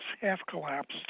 half-collapsed